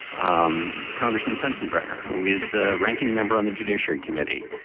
um congressman sensenbrenner, who is the ranking member on the judiciary committee,